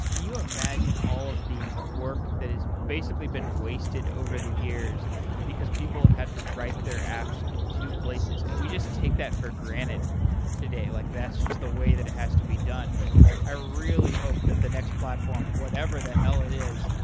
you imagine all of the work that has basically been wasted over the years because people had to write their apps in two places, and we just take that for granted today. like that's just the way that it has to be done. but i really hope that the next platform, whatever the hell it is,